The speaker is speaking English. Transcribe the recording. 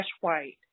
White